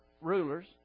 rulers